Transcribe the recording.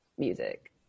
music